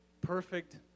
Perfect